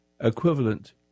equivalent